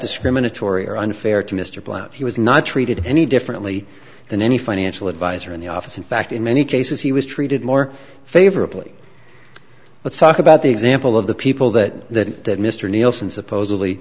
discriminatory or unfair to mr blount he was not treated any differently than any financial advisor in the office in fact in many cases he was treated more favorably let's talk about the example of the people that mr nielsen supposedly